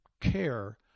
care